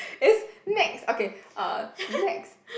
it's max okay uh max